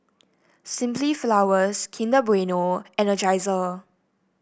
Simply Flowers Kinder Bueno Energizer